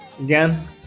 again